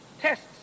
tests